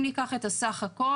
אם ניקח את הסה"כ,